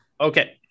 Okay